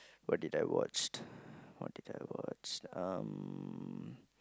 what did I watch what did I watch um